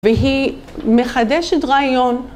והיא מחדשת רעיון.